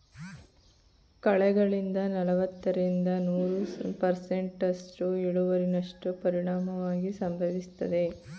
ಕಳೆಗಳಿಂದ ನಲವತ್ತರಿಂದ ನೂರು ಪರ್ಸೆಂಟ್ನಸ್ಟು ಇಳುವರಿನಷ್ಟ ಪರಿಣಾಮವಾಗಿ ಸಂಭವಿಸ್ತದೆ